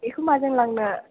बेखौ माजों लांनो